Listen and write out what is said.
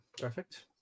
perfect